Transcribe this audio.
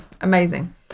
amazing